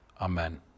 amen